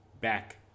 back